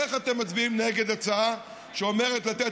איך אתם מצביעים נגד הצעה שאומרת לתת